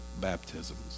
baptisms